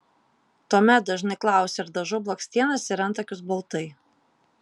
tuomet dažnai klausia ar dažau blakstienas ir antakius baltai